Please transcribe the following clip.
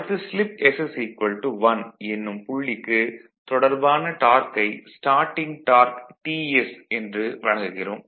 அடுத்து slip s 1 என்னும் புள்ளிக்கு தொடர்பான டார்க்கை ஸ்டார்ட்டிங் டார்க் Ts என்று வழங்குகிறோம்